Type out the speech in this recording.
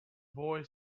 boy